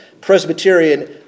Presbyterian